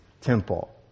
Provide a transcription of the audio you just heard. temple